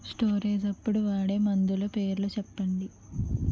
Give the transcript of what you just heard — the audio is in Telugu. స్టోరేజ్ అప్పుడు వాడే మందులు పేర్లు చెప్పండీ?